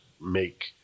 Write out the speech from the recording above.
make